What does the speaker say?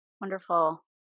Wonderful